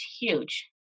huge